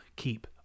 keep